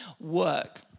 work